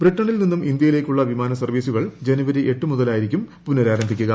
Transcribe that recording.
ബ്രിട്ടണിൽ നിന്ന് ഇന്തൃയിലേക്കുളള വിമാന സർവീസുകൾ ജനുവരി എട്ടുമുതലായിരിക്കും പുനരാരംഭിക്കുക